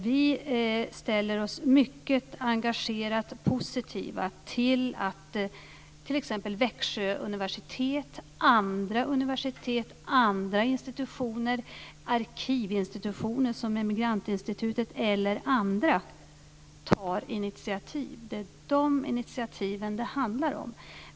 Vi ställer oss mycket engagerat positiva till att t.ex. Växjö universitet, andra universitet, andra institutioner, arkivinstitutioner som Emigrantinstitutet eller andra tar initiativ. Det är dessa initiativ som det handlar om.